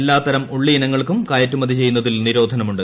എല്ലാത്തരം ഉള്ളി ഇനങ്ങൾക്കും കയറ്റുമതി ഒച്ച്ചുന്നതിൽ നിരോധനമുണ്ട്